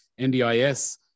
NDIS